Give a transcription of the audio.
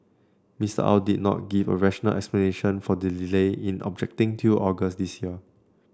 Mr Au did not give a rational explanation for the delay in objecting till August this year